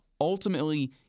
Ultimately